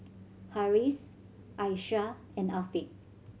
Harris Aisyah and Afiq